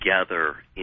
together